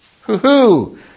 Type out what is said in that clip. Hoo-hoo